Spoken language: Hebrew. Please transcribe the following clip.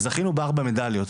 וזכינו בארבע מדליות.